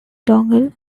dongle